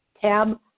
tab